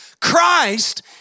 Christ